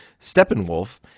Steppenwolf